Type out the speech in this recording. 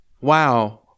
wow